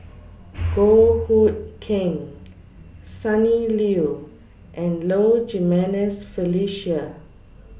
Goh Hood Keng Sonny Liew and Low Jimenez Felicia